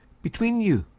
between you,